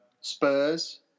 Spurs